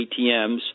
ATMs